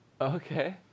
okay